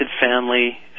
family